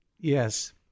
Yes